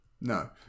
No